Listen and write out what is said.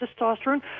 testosterone